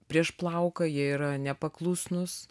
prieš plauką jie yra nepaklusnūs